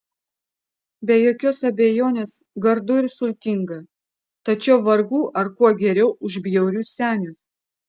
be jokios abejonės gardu ir sultinga tačiau vargu ar kuo geriau už bjaurius senius